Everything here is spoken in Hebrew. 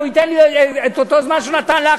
אם הוא ייתן לי את אותו זמן שהוא נתן לך,